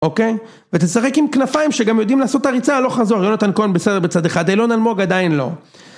אוקיי? ותשחק עם כנפיים שגם יודעים לעשות ת'ריצה, הלוך חזור, יונתן כהן בסדר, בצד אחד, אילון אלמוג עדיין לא.